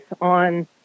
on